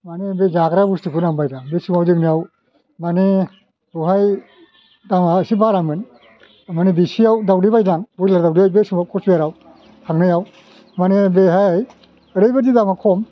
माने बे जाग्रा बुस्तुखौनो आं बायदों आं बे समाव जोंनियाव माने बेवहाय दामआ एसे बारामोन माने बेसेआव दावदै बायदां बयलार दावदै बे समाव कचबिहारआव थांनायाव माने बेहाय ओरैबायदि दामआ खम